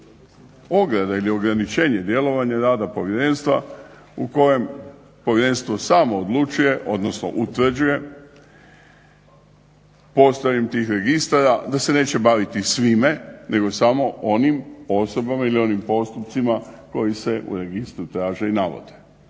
ograda ili ograničenje djelovanja, rada Povjerenstva u kojem Povjerenstvo samo odlučuje, odnosno utvrđuje postojanjem tih registara da se neće baviti svime, nego samo onim osobama ili onim postupcima koji se u registru traže i navode.